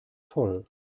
voll